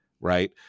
right